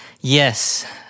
yes